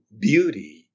beauty